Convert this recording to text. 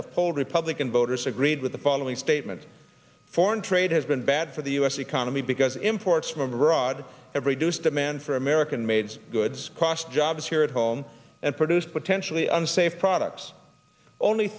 polled repub can voters agreed with the following statement foreign trade has been bad for the u s economy because imports from abroad every duce demand for american made goods cost jobs here at home and produced potentially unsafe products only